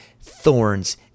thorns